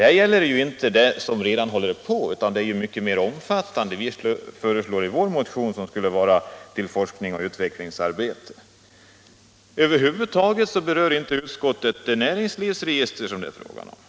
Det gäller ju här inte bara det arbete som redan pågår, utan vad vi föreslår i vår motion är ett mycket mer omfattande forskningsoch utvecklingsarbete, men utskottet berör över huvud taget inte det näringslivsregister som det där är fråga om.